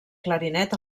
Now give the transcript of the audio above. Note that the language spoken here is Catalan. clarinet